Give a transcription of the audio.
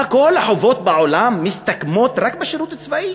כל החובות בעולם מסתכמות רק בשירות הצבאי,